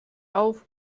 auf